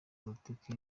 politike